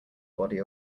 body